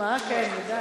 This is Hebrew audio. אין ברירה.